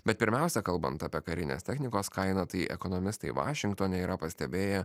bet pirmiausia kalbant apie karinės technikos kainą tai ekonomistai vašingtone yra pastebėję